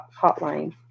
hotline